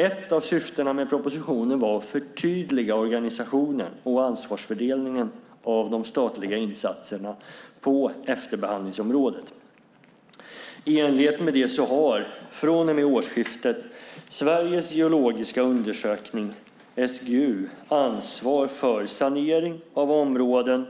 Ett av syftena med propositionen var att förtydliga organisationen och ansvarsfördelningen av de statliga insatserna på efterbehandlingsområdet. I enlighet med det har från och med årsskiftet Sveriges geologiska undersökning, SGU, ansvar för sanering av områden